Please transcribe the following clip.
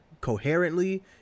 coherently